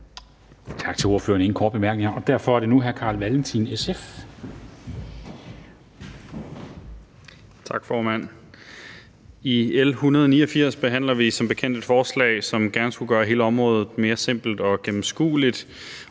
Tak til ordføreren. Der er ingen korte bemærkninger, og derfor er det nu hr. Carl Valentin, SF. Kl. 17:27 (Ordfører) Carl Valentin (SF): Tak, formand. Med L 189 behandler vi som bekendt et forslag, som gerne skulle gøre hele området mere simpelt og gennemskueligt.